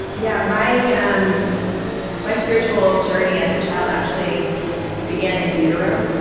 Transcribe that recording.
yeah my um my spiritual journey as a child actually began in utero,